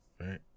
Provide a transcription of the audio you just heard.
right